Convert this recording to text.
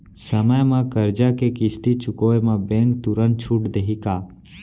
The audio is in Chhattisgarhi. समय म करजा के किस्ती चुकोय म बैंक तुरंत छूट देहि का?